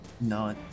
No